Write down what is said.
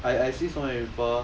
I I see so many people